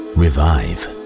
revive